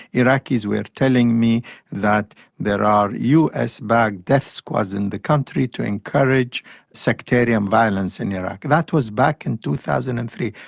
iraqis were telling me that there are us-backed death squads in the country to encourage sectarian violence in iraq. that was back in two thousand and three,